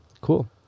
Cool